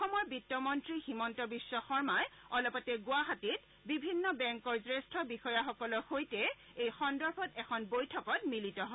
অসমৰ বিত্তমন্তী হিমন্ত বিশ্ব শৰ্মা অলপতে গুৱাহাটীত বিভিন্ন বেংকৰ জ্যেষ্ঠ বিষয়াসকলৰ সৈতে এই সন্দৰ্ভত এখন বৈঠকত মিলিত হয়